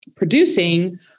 producing